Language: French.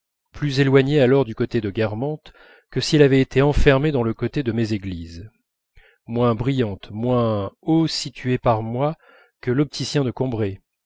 plus éloignée alors du côté de guermantes que si elle avait été enfermée dans le côté de méséglise moins brillante moins haut située par moi que l'opticien de combray